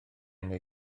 neu